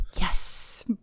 Yes